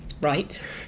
Right